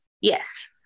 yes